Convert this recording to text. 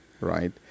Right